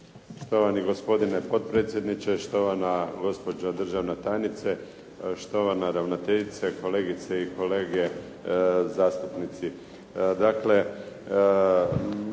Štovani gospodine potpredsjedniče, štovana gospođo državna tajnice, štovana ravnateljice, kolegice i kolege zastupnici.